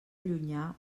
llunyà